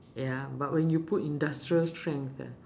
ya but when you put industrial strength